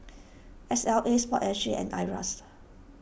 S L A Sport S G and Iras